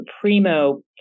Primo